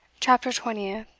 chapter twentieth.